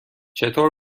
چطور